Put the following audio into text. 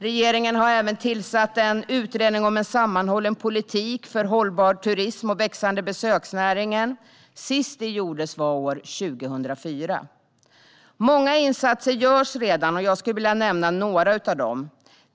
Regeringen har även tillsatt en utredning om en sammanhållen politik för hållbar turism och växande besöksnäring. Senast detta gjordes var år 2004. Många insatser görs redan, och jag vill nämna några av dem.